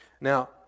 Now